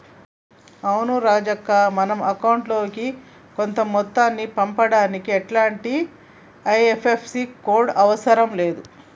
అవును రాజక్క మనం అకౌంట్ లోకి కొంత మొత్తాన్ని పంపుటానికి ఇలాంటి ఐ.ఎఫ్.ఎస్.సి కోడ్లు అవసరం లేదు